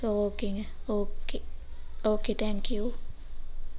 so ஓகேங்க okay okay thank you